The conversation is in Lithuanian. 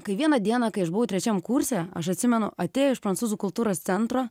kai vieną dieną kai aš buvau trečiam kurse aš atsimenu atėjo iš prancūzų kultūros centro